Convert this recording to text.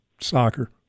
soccer